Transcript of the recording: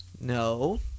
No